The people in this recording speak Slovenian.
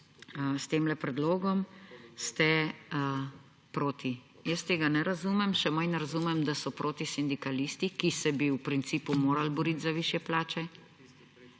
odgovor na to, ste proti. Jaz tega ne razumem. Še manj razumem, da so proti sindikalisti, ki bi se v principu morali boriti za višje plače.